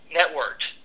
networked